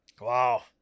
wow